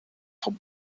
vom